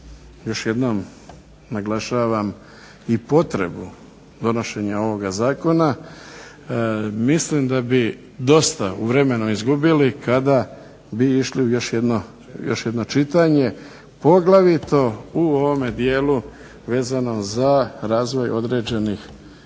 još jednom naglašavam i potrebu donošenja ovoga zakona mislim da bi dosta u vremenu izgubili kada bi išli u još jedno čitanje, poglavito u ovome dijelu vezano za razvoj određenih